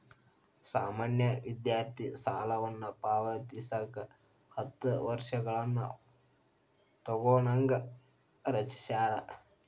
ಸಾಮಾನ್ಯ ವಿದ್ಯಾರ್ಥಿ ಸಾಲವನ್ನ ಪಾವತಿಸಕ ಹತ್ತ ವರ್ಷಗಳನ್ನ ತೊಗೋಣಂಗ ರಚಿಸ್ಯಾರ